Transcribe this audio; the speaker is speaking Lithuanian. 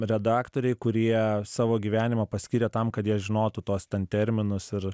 redaktoriai kurie savo gyvenimą paskyrė tam kad jie žinotų tuos ten terminus ir